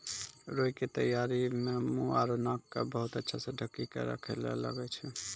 रूई के तैयारी मं मुंह आरो नाक क बहुत अच्छा स ढंकी क राखै ल लागै छै